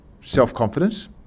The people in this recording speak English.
self-confidence